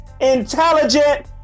intelligent